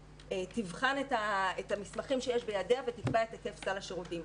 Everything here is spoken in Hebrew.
שתבחן את המסמכים שיש בידיה ותקבע את היקף סל השירותים.